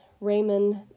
Raymond